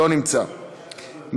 לא נמצא,